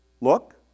Look